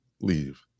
leave